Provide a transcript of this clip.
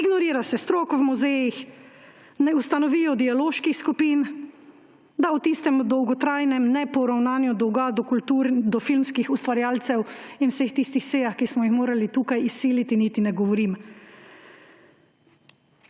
ignorira se stroko v muzejih, ne ustanovijo dialoških skupin, da tistemu dolgotrajnemu neporavnanju dolga do filmskih ustvarjalcev in vseh tistih sejah, ki smo jih morali tukaj izsiliti, niti ne govorim.